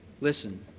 listen